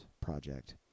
project